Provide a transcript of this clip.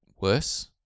worse